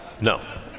No